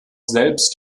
selbst